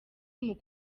muri